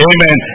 Amen